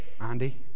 Andy